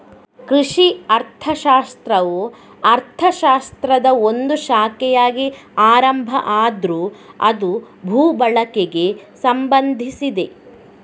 ಕೃಷಿ ಅರ್ಥಶಾಸ್ತ್ರವು ಅರ್ಥಶಾಸ್ತ್ರದ ಒಂದು ಶಾಖೆಯಾಗಿ ಆರಂಭ ಆದ್ರೂ ಅದು ಭೂ ಬಳಕೆಗೆ ಸಂಬಂಧಿಸಿದೆ